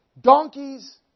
donkeys